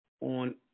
on